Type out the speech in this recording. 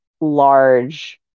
Large